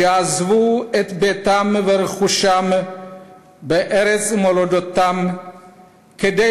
שעזבו את ביתם ורכושם בארץ מולדתם כדי